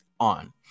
on